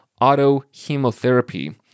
autohemotherapy